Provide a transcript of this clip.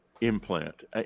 implant